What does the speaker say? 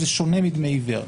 זה שונה מדמי עיוור.